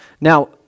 Now